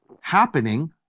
happening